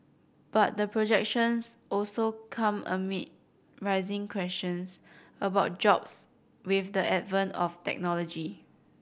but the projections also come amid rising questions about jobs with the advent of technology